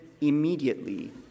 immediately